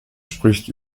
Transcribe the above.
spricht